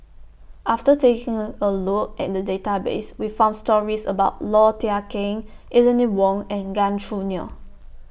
after taking A A Look At The Database We found stories about Low Thia Khiang Eleanor Wong and Gan Choo Neo